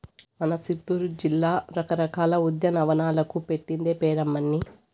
మన సిత్తూరు జిల్లా రకరకాల ఉద్యానవనాలకు పెట్టింది పేరమ్మన్నీ